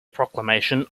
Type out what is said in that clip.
proclamation